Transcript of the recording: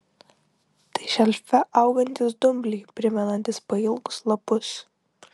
tai šelfe augantys dumbliai primenantys pailgus lapus